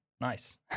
nice